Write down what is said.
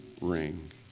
ring